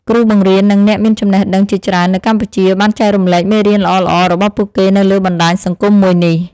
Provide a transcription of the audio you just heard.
គ្រូបង្រៀន និងអ្នកមានចំណេះដឹងជាច្រើននៅកម្ពុជាបានចែករំលែកមេរៀនល្អៗរបស់ពួកគេនៅលើបណ្តាញសង្គមមួយនេះ។